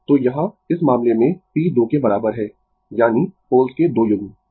तो यहाँ इस मामले में p 2 के बराबर है यानी पोल्स के दो युग्म ठीक है